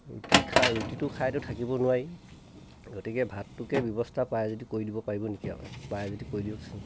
ৰুটি খাই ৰুটিটো খাইটো থাকিব নোৱাৰি গতিকে ভাতটোকে ব্যৱস্থা পাৰে যদি কৰি দিব পাৰিব নেকি পাৰে যদি কৰি দিয়কচোন